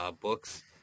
books